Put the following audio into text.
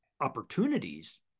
opportunities